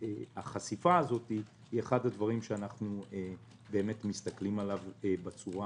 החשיפה הזאת היא אחד הדברים שאנחנו מסתכלים עליו בצורה